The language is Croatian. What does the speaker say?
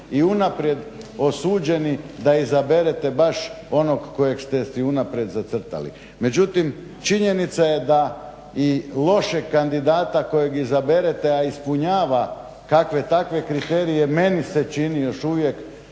i unaprijed osuđeni da izaberete baš onog kojeg ste si unaprijed zacrtali. Međutim, činjenica je da i lošeg kandidata kojeg izaberete a ispunjava kakve takve kriterije meni se čini još uvijek